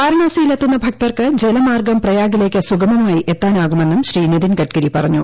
വാരാണസിയിലെത്തുന്ന ഭക്തർക്ക് ജലമാർഗ്ഗം പ്രയാഗിലേക്ക് സുഗമമായി എത്താനാകുമെന്നും ശ്രീ നിതിൻ ഗഡ്കരി പറഞ്ഞു